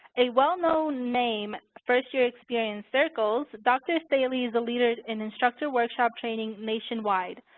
a well-known name first-year experience circles, dr. staley is a leader in instructor workshop training nationwide.